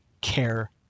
Care